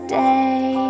day